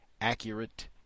accurate